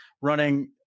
running